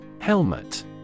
Helmet